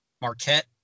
Marquette